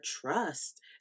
trust